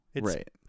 right